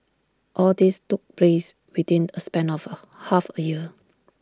all this took place within A span of half A year